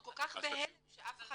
לא, אנחנו כל כך בהלם שאף אחד